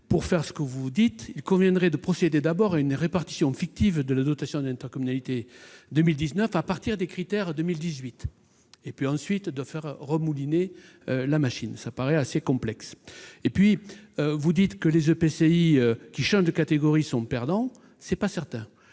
mon cher collègue, il conviendrait de procéder d'abord à une répartition fictive de la dotation d'intercommunalité 2019 à partir des critères de 2018 et de refaire ensuite mouliner la machine : cela paraît assez complexe. Selon vous, les EPCI qui changent de catégorie sont perdants. Ce n'est pas certain.